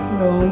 no